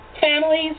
families